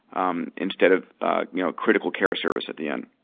um instead of you know critical care service at the end.